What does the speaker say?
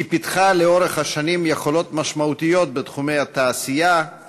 היא פיתחה לאורך השנים יכולות משמעותיות בתחומי התעשייה,